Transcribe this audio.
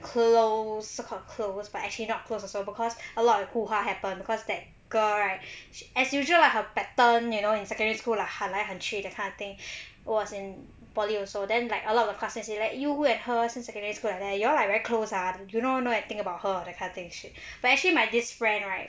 close so called close but actually not close also because a lot of hoo-ha happen because that girl right she as usual lah her pattern you know in secondary school lah 喊来喊去 that kind of thing was in poly also then like a lot of the classmates say like you and her since secondary school like that you all like very close ah you know anything about her that kind of thing and shit but actually my this friend right